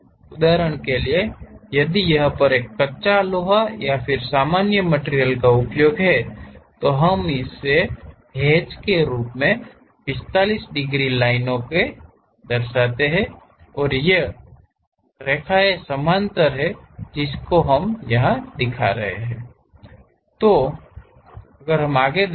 उदाहरण के लिए यदि यह पर एक कच्चा लोहा या फिर सामान्य मटिरियल का उपयोग है तो हम इसे हैच के रूप में 45 डिग्री लाइनों को दर्शाते हैं और ये रेखाएं समानांतर हैं जिसको हम यहा दिखा रखे हैं